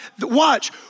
watch